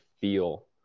feel